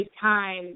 time